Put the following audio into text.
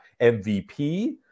MVP